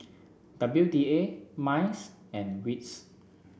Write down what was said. W D A MICE and WITS